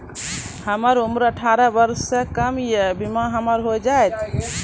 हमर उम्र अठारह वर्ष से कम या बीमा हमर हो जायत?